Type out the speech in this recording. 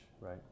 right